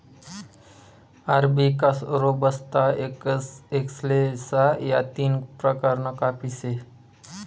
arabica, robusta, excelsa या तीन प्रकारना काफी से